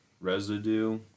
residue